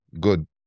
good